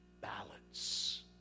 balance